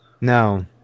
No